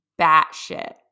batshit